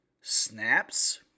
snaps